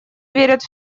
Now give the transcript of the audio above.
верят